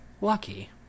lucky